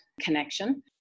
connection